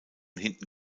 hinten